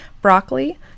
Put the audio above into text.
broccoli